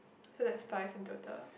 so that's five in total